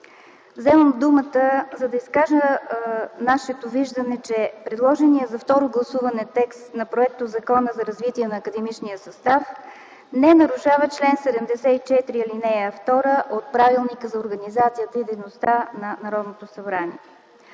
Вземам думата, за да изкажа нашето виждане, че предложеният за второ гласуване текст на Законопроекта за развитието на академичния състав не нарушава чл. 74, ал. 2 от Правилника за организацията и дейността на Народното събрание.